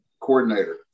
coordinator